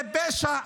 זה פשע.